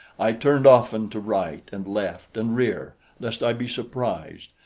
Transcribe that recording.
i turned often to right and left and rear lest i be surprised,